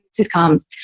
sitcoms